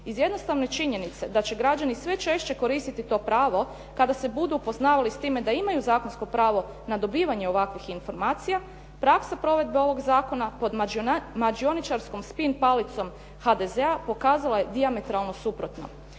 iz jednostavne činjenice da će građani sve češće koristiti to pravo kada se budu upoznavali s time da imaju zakonsko pravo na dobivanje ovakvih informacija, praksa provedbe ovog zakona pod mađioničarskom spin palicom HDZ-a pokazala je dijametralno suprotno.